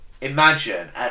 imagine